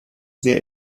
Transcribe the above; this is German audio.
sehr